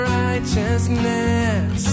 righteousness